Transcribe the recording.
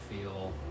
feel